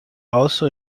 also